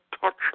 touch